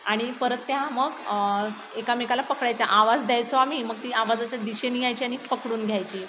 आणि परत त्या मग एकमेकाला पकडायच्या आवाज द्यायचो आम्ही मग ती आवाजाच्या दिशेने यायची आणि पकडून घ्यायची